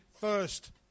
first